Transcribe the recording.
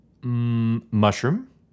Mushroom